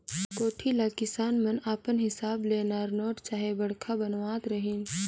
कोठी ल किसान मन अपन हिसाब ले नानरोट चहे बड़खा बनावत रहिन